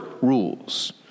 rules